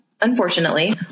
Unfortunately